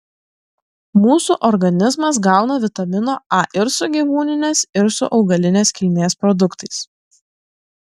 mūsų organizmas gauna vitamino a ir su gyvūninės ir su augalinės kilmės produktais